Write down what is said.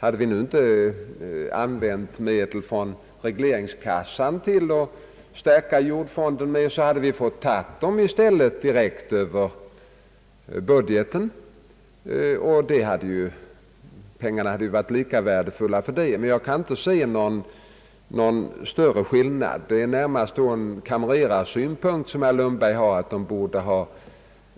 Hade vi nu inte använt medel från regleringskassan för att stärka jordfonden skulle vi i stället fått ta medlen direkt över budgeten. Pengarna hade varit lika värdefulla även då. Men jag kan inte se att det blir någon större skillnad. Närmast skulle herr Lundberg då ha en kamrerarsynpunkt: att pengarna borde